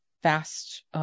fast